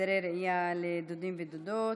הסדרי ראייה לדודים ודודות),